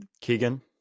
Keegan